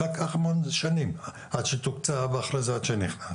לקח המון שנים עד שתוקצב ואחרי זה עד שנכנס.